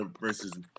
versus